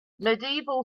medieval